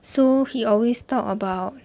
so he always talk about